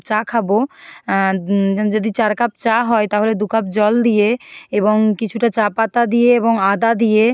চা খাব যদি চার কাপ চা হয় তাহলে দু কাপ জল দিয়ে এবং কিছুটা চা পাতা দিয়ে এবং আদা দিয়ে